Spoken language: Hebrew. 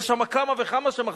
יש שם כמה וכמה שמחזיקים.